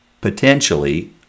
potentially